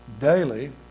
daily